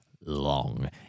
long